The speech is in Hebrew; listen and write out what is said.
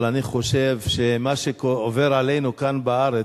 אבל אני חושב שמה שעובר עלינו כאן, בארץ,